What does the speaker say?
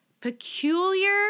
peculiar